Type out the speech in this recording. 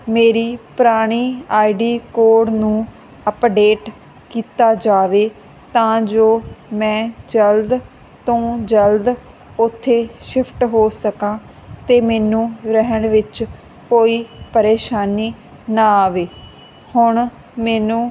ਮੇਰੀ ਪੁਰਾਣੀ ID code ਨੂੰ ਅਪਡੇਟ ਕੀਤਾ ਜਾਵੇ ਤਾਂ ਜੋ ਮੈਂ ਜਲਦ ਤੋਂ ਜਲਦ ਉੱਥੇ ਸ਼ਿਫਟ ਹੋ ਸਕਾਂ ਤੇ ਮੈਨੂੰ ਰਹਿਣ ਵਿੱਚ ਕੋਈ ਪਰੇਸ਼ਾਨੀ ਨਾ ਆਵੇ ਹੁਣ ਮੈਨੂੰ